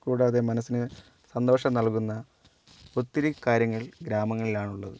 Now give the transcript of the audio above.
കൂടാതെ മനസ്സിന് സന്തോഷം നൽകുന്ന ഒത്തിരി കാര്യങ്ങൾ ഗ്രാമങ്ങളിലാണുള്ളത്